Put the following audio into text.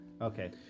Okay